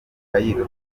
cairo